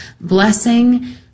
blessing